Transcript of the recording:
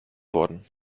worden